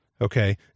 okay